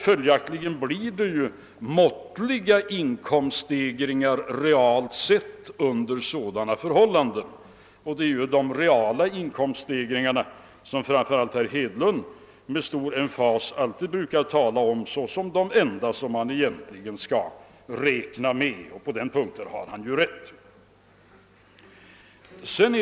Följaktligen blir det måttliga inkomststegringar realt sett, och det är ju de reala inkomststegringarna som framför allt herr Hedlund med emfas alltid brukar tala om såsom de enda man egentligen skall räkna med. På denna punkt har han ju också rätt.